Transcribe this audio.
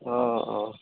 অঁ অঁ